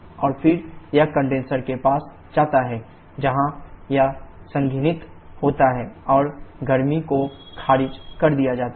और फिर यह कंडेनसर के पास जाता है जहां यह संघनित होता है और गर्मी को खारिज कर दिया जाता है